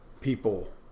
people